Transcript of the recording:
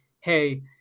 Hey